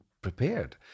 prepared